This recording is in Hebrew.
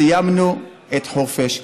סיימנו את חורפיש.